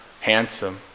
handsome